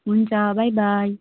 हुन्छ बाई बाई